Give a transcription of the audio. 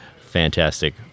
fantastic